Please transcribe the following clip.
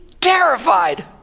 terrified